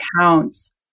accounts